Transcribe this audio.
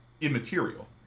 immaterial